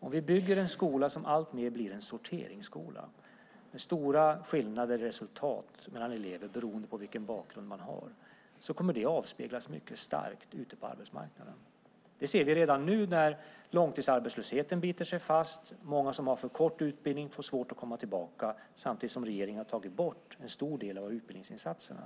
Om vi bygger en skola som alltmer blir en sorteringsskola med stora skillnader i resultat mellan eleverna, beroende på vilken bakgrund man har, kommer det att starkt avspeglas på arbetsmarknaden. Redan nu ser vi att när långtidsarbetslösheten biter sig fast får många med för kort utbildning svårt att komma tillbaka. Samtidigt har regeringen tagit bort en stor del av utbildningsinsatserna.